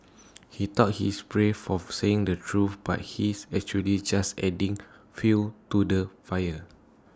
he thought he's brave for saying the truth but he's actually just adding fuel to the fire